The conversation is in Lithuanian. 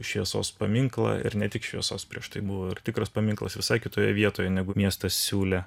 šviesos paminklą ir ne tik šviesos prieš tai buvo tikras paminklas visai kitoje vietoje negu miestas siūlė